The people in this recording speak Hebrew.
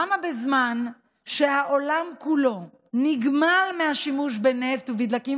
למה בזמן שהעולם כולו נגמל מהשימוש בנפט ובדלקים